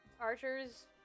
Archer's